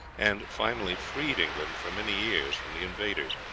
and finally freed england for many years from the invaders.